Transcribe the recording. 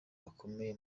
bakomeye